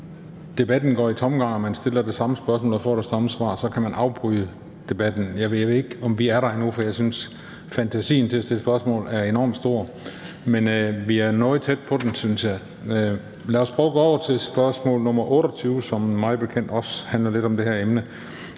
hvis debatten går i tomgang og man stiller det samme spørgsmål og får det samme svar, kan han afbryde debatten. Jeg ved ikke, om vi er der endnu, for jeg synes, fantasien til at stille spørgsmål er enormt stor, men vi er noget tæt på, synes jeg. Lad os prøve at gå videre til spørgsmål nr. 28, som mig bekendt også handler lidt om det her emne,